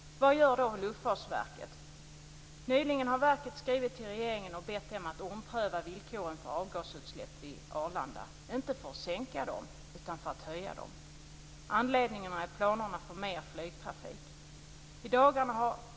Jag vill bevara Bromma och en till den flygplatsen anpassad trafik.